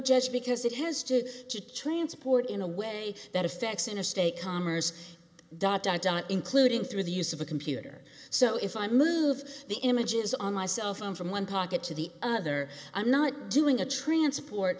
judge because it has to transport in a way that affects interstate commerce dot dot dot including through the use of a computer so if i move the images on my cellphone from one pocket to the other i'm not doing a transport